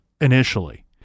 initially